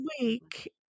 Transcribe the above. week